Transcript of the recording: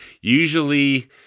Usually